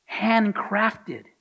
handcrafted